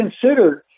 considered